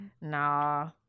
nah